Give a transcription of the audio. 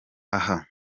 aha